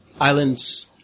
Island's